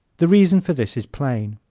the reason for this is plain.